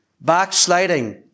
backsliding